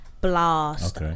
Blast